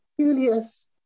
Julius